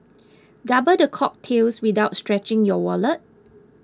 double the cocktails without stretching your wallet